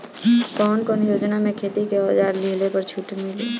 कवन कवन योजना मै खेती के औजार लिहले पर छुट मिली?